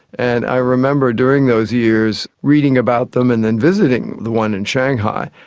and i remember during those years reading about them and then visiting the one in shanghai,